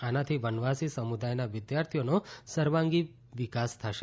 આનાથી વનવાસી સમુદાયના વિદ્યાર્થીઓનો સર્વાંગી વિકાસ થશે